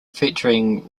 featuring